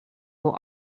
will